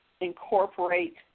incorporate